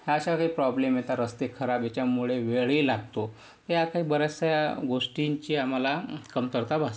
ह्या अशा काही प्रॉब्लेम येतात रस्ते खराब याच्यामुळे वेळही लागतो या काही बऱ्याचशा गोष्टींची आम्हाला कमतरता भासते